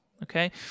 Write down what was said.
Okay